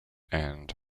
and